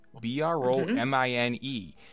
B-R-O-M-I-N-E